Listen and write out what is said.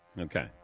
Okay